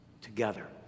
together